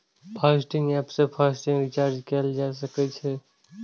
FASTag app सं FASTag recharge कैल जा सकै छै